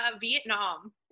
Vietnam